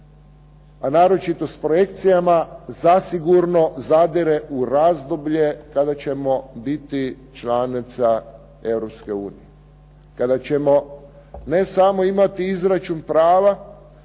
naročito s projekcijama zasigurno zadire u razdoblje kada ćemo biti članica Europske unije. Kada ćemo ne samo imati izračun prava,